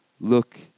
look